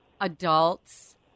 adults